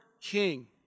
king